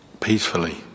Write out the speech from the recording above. peacefully